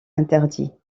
interdit